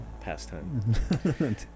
pastime